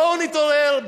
בואו נתעורר,